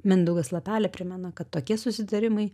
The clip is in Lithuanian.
mindaugas lapelė primena kad tokie susitarimai